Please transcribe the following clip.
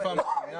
איפה המדינה?